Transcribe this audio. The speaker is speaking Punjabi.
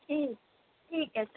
ਠੀਕ ਠੀਕ ਹੈ ਸਰ